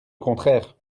contraire